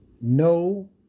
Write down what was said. No